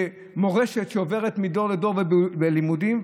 במורשת שעוברת מדור לדור ובלימודים,